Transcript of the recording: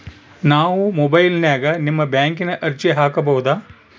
ನಾವು ಮೊಬೈಲಿನ್ಯಾಗ ನಿಮ್ಮ ಬ್ಯಾಂಕಿನ ಅರ್ಜಿ ಹಾಕೊಬಹುದಾ?